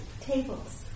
tables